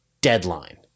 deadline